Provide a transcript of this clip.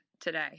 today